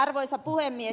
arvoisa puhemies